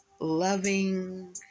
loving